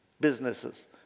businesses